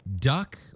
duck